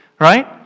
right